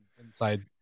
inside